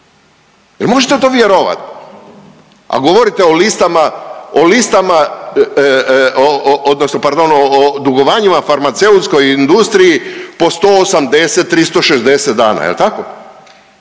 Jel možete to vjerovati? A govorite o listama, o listama odnosno pardon o dugovanjima farmaceutskoj industriji po 180, 360 dana jel tako.